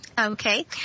Okay